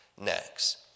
next